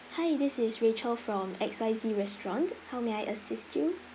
hi this is rachel from X Y Z restaurant how may I assist you